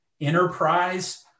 enterprise